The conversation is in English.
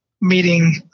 meeting